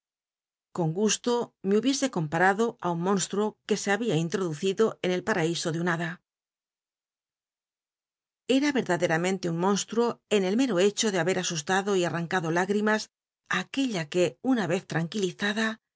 con gusto me hubiese comparado i un monstruo que se babia introducido en el pa raiso de una hada era y erdaderamcnlc un monsl ruo en el mcro hecho de haber asustado y al'l'ancad o higrimas í aquella que una r ez tranquilizada